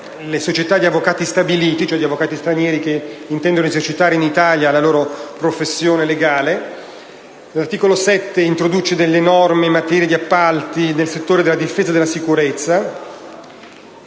le società di avvocati stabiliti, cioè avvocati stranieri che intendono esercitare in Italia la professione legale. L'articolo 6 introduce delle norme in materia di appalti nel settore della difesa e della sicurezza.